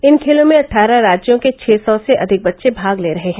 इन खेलों में अटारह राज्यों के छह सौ से अधिक बच्चे भाग ले रहे हैं